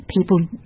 people